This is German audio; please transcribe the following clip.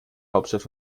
hauptstadt